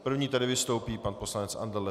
První tedy vystoupí pan poslanec Andrle.